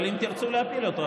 אבל אם תרצו להפיל אותו,